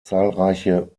zahlreiche